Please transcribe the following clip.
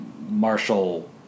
Marshall